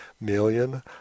million